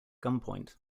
gunpoint